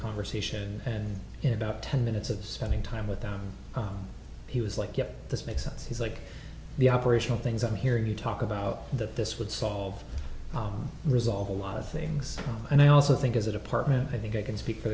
conversation and in about ten minutes of spending time with them he was like yes this makes sense he's like the operational things i'm hearing you talk about that this would solve resolve a lot of things and i also think as a department i think i can speak for